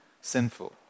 sinful